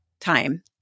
time